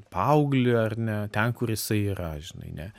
paauglį ar ne ten kur jisai yra žinai ne